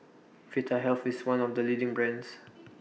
Vitahealth IS one of The leading brands